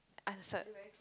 answered